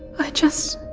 i just